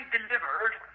delivered